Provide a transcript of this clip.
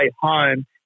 home